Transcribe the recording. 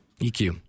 EQ